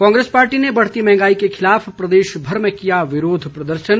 Congress party ने बढ़ती महंगाई के खिलाफ प्रदेश भर में किया विरोध प्रदर्शन